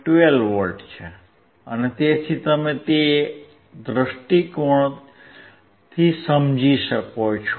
12V છે તેથી તમે તે દૃષ્ટિકોણથી સમજો છો